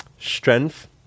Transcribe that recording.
Strength